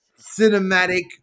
cinematic